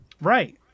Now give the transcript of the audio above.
Right